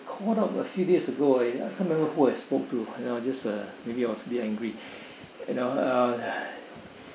one of a few days ago I I can't remember who I spoke to then I will just uh maybe I was a bit angry you know uh